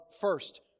first